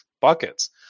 buckets